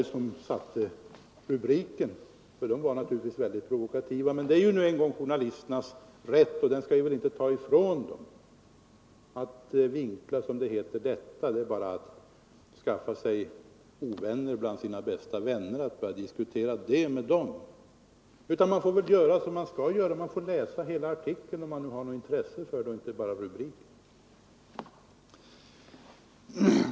De som gjorde järnvägstrafik, detta var naturligtvis mycket provokativa, men det är nu en gång jour = m.m. nalisternas rätt — och den skall vi väl inte ta ifrån dem — att vinkla. Det skulle bara vara detsamma som att skaffa sig ovänner bland sina bästa vänner att börja diskutera detta med dem. Man får i stället göra som man bör göra: läsa hela artikeln, om man nu har något intresse för den, inte bara rubriken.